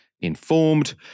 informed